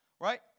right